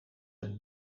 een